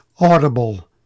Audible